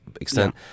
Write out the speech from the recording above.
extent